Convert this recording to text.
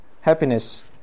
happiness